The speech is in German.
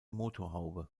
motorhaube